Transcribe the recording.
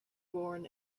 born